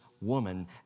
woman